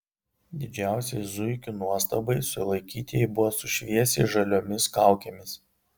didžiausiai zuikių nuostabai sulaikytieji buvo su šviesiai žaliomis kaukėmis